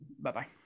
Bye-bye